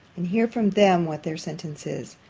and hear from them what their sentence is.